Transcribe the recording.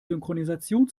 synchronisation